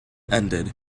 ended